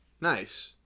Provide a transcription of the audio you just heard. nice